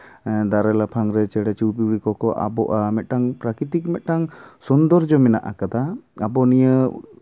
ᱦᱮᱸ ᱫᱟᱨᱮ ᱞᱟᱯᱷᱟᱝᱨᱮ ᱪᱮᱬᱮ ᱪᱩᱯᱲᱤ ᱠᱚᱠᱚ ᱟᱵᱚᱜᱼᱟ ᱢᱤᱫᱴᱟᱝ ᱯᱨᱟᱠᱤᱛᱤᱠ ᱢᱤᱫᱴᱟᱝ ᱥᱳᱱᱫᱳᱨᱡᱚ ᱢᱮᱱᱟᱜ ᱠᱟᱫᱟ ᱟᱵᱚ ᱱᱤᱭᱟᱹ